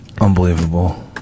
Unbelievable